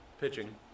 Pitching